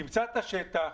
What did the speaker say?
תמצא את השטח,